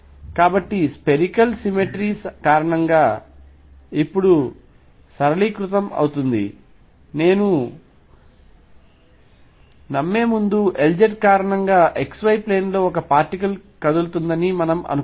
కాబట్టి spherical symmetry కారణంగా సమస్య ఇప్పుడు సరళీకృతం అవుతుంది దీనిని నేను నమ్మే ముందు Lz కారణంగా x y ప్లేన్ లో ఒక పార్టికల్ కదులుతుందని అనుకుందాం